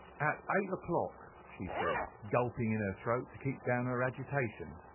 at eight o'clock she said, gulping in her throat to keep down her agitation.